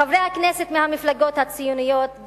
חברי הכנסת מהמפלגות הציוניות,